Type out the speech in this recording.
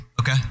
Okay